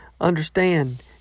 understand